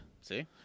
See